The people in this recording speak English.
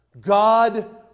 God